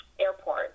airport